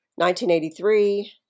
1983